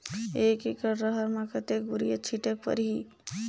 एक एकड रहर म कतेक युरिया छीटेक परही?